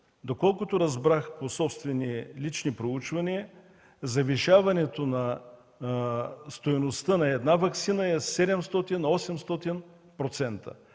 Доколкото разбрах по собствени, лични проучвания, завишаването на стойността на една ваксина е 700-800%.